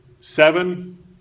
seven